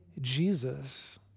Jesus